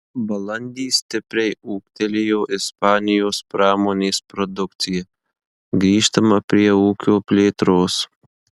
balandį stipriai ūgtelėjo ispanijos pramonės produkcija grįžtama prie ūkio plėtros